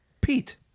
Pete